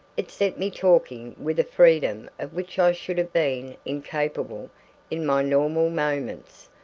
it set me talking with a freedom of which i should have been incapable in my normal moments,